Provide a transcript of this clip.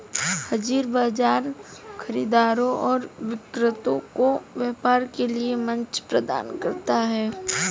हाज़िर बाजार खरीदारों और विक्रेताओं को व्यापार के लिए मंच प्रदान करता है